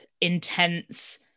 intense